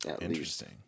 Interesting